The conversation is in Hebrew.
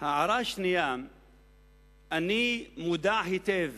אני מודע היטב